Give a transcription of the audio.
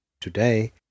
today